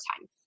time